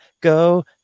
go